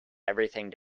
everything